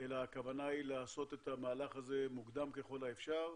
אלא הכוונה היא לעשות את המהלך הזה מוקדם ככל האפשר.